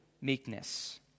meekness